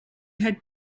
had